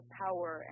power